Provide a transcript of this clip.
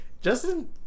Justin